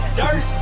dirt